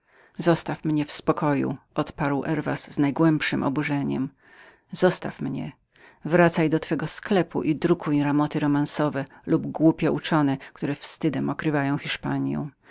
zostaw mnie odparł herwas z najwyższem oburzeniem zostaw mnie wracaj do twego sklepu i drukuj ramoty romantyczne lub głopio uczone które wstydem okrywają hiszpanią